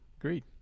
agreed